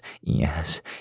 yes